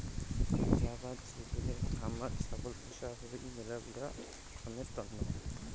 জাগাত জুড়ে খামার ছাগল পোষা হই মেলাগিলা কামের তন্ন